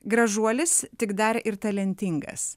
gražuolis tik dar ir talentingas